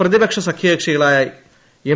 പ്രതിപക്ഷ സഖ്യകക്ഷികളായ എം